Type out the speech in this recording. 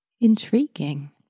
Intriguing